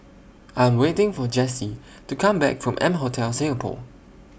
I Am waiting For Jessye to Come Back from M Hotel Singapore